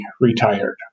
retired